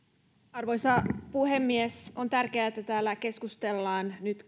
arvoisa puhemies on tärkeää että täällä keskustellaan nyt